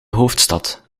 hoofdstad